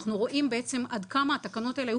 אנחנו רואים עד כמה התקנות האלה היו